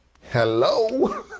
Hello